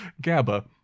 GABA